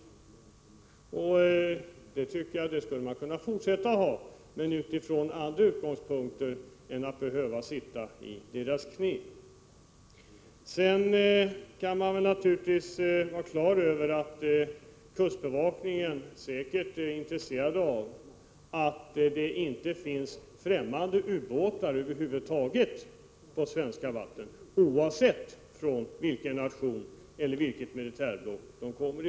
Jag tycker att man också skulle kunna fortsätta med ett sådant samarbete, men att man då inte bör sitta i marinens knä. Kustbevakningen är självfallet inte intresserad av att ubåtar finns i svenska vatten, oavsett från vilken nation eller vilket militärblock de kommer.